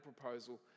proposal